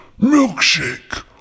milkshake